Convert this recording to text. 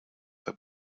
for